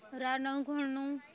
રા નવઘણનું